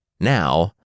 Now